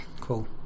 Cool